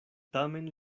tamen